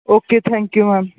okay thank you ma'am